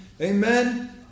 Amen